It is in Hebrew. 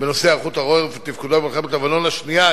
בנושא היערכות העורף ותפקודו במלחמת לבנון השנייה,